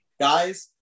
guys